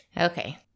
Okay